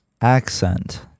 accent